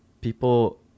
people